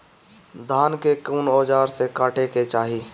धान के कउन औजार से काटे के चाही?